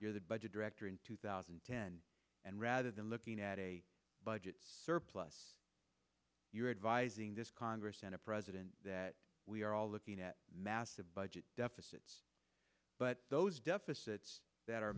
you're the budget director in two thousand and ten and rather than looking at a budget surplus you are advising this congress and a president that we are all looking at massive budget deficits but those deficits that